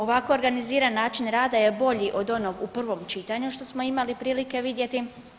Ovako organizirani način rada je bolji od onog u prvom čitanju što smo imali prilike vidjeti.